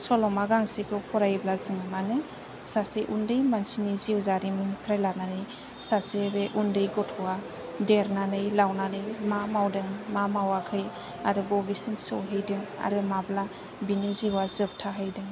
सल'मा गांसेखौ फरायोब्ला जों मानो सासे उन्दै मानसिनि जिउ जारिमिननिफ्राय लानानै सासे बे उन्दै गथ'आ देरनानै लावनानै मा मावदों मा मावाखै आरो बबेसिम सहैदों आरो माब्ला बेनि जिउआ जोबथाहैदों